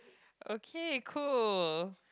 okay cool